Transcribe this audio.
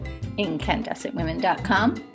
incandescentwomen.com